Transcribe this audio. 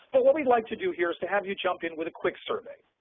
but what we'd like to do here is to have you jump in with a quick survey.